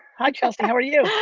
hi chelsey, how are you?